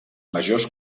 majors